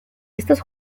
estos